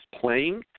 playing –